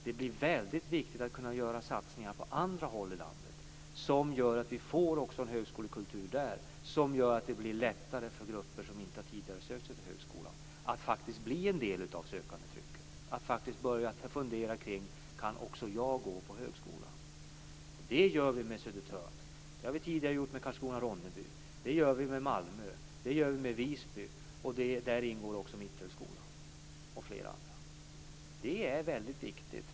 Det blir väldigt viktigt att kunna göra satsningar på andra håll i landet, så att vi får en högskolekultur också där. Det gör att det blir lättare för grupper som inte tidigare har sökt sig till högskolan att faktiskt bli en del av sökandetrycket, att faktiskt börja fundera: Kan också jag gå på högskola? Det gör vi med Södertörn. Det har vi tidigare gjort med Karlkrona/Ronneby. Det gör vi med Malmö. Det gör vi med Visby. Där ingår också Mitthögskolan och många andra. Det är väldigt viktigt.